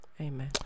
Amen